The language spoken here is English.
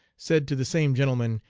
said to the same gentleman,